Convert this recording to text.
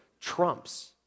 trumps